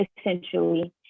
essentially